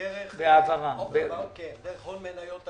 דרך הון מניות עצמי.